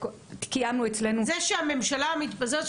קיימנו אצלנו --- זה שהממשלה מתפזרת,